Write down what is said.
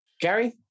Gary